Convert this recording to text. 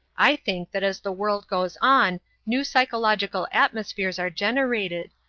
i think that as the world goes on new psychological atmospheres are generated,